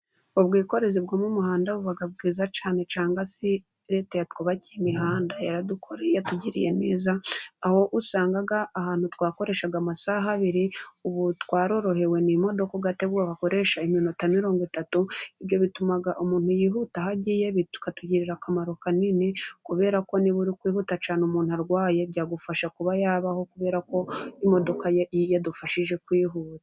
Ubwikorezi bwo mu muhanda buba bwiza cyane cyangwa se Leta yatwubakiye imihanda yatugiriye neza, aho usanga ahantu twakoreshaga amasaha abiri ubu twarorohewe ni imodoka ugatega ukahakoresha iminota mirongo itatu, ibyo bituma umuntu yihuta aho agiye bikatugirira akamaro kanini, kuberako niba uri kwihuta cyane umuntu arwaye byagufasha kuba yabaho kuberako imodoka yadufashije kwihuta.